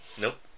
Nope